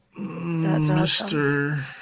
Mr